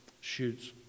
shoots